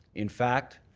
in fact,